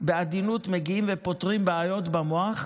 בעדינות מגיעים ופותרים בעיות במוח.